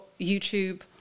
YouTube